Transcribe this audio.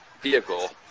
vehicle